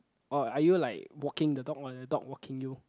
or are you like walking the dog or the dog walking you